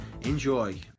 Enjoy